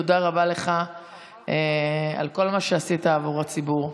תודה רבה לך על כל מה שעשית עבור הציבור.